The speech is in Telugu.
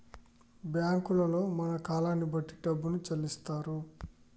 బ్యాంకుల్లో మన కాలాన్ని బట్టి డబ్బును చెల్లిత్తరు